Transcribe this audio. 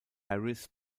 harris